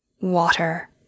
water